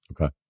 Okay